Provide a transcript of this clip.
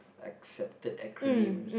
accepted acronyms